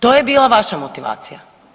To je bila vaša motivacija.